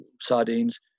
sardines